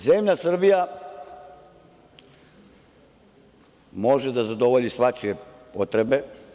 Zemlja Srbija može da zadovolji svačije potrebe.